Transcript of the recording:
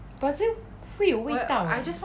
but 这样会有味道 eh